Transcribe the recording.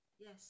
yes